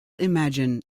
imagine